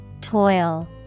Toil